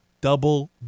double